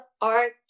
art